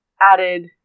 added